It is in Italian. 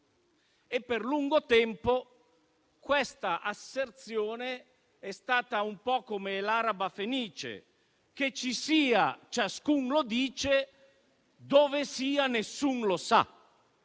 Per lungo tempo quell'asserzione è stata un po' come l'araba fenice: che ci sia ciascun lo dice, dove sia nessun lo sa.